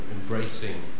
embracing